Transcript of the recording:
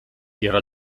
era